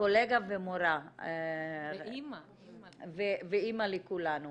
קולגה ומורה ואימא לכולנו.